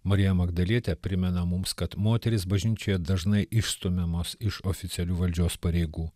marija magdalietė primena mums kad moterys bažnyčioje dažnai išstumiamos iš oficialių valdžios pareigų